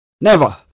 Never